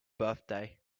birthday